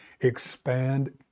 Expand